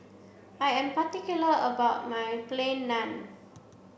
I am particular about my plain Naan